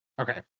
Okay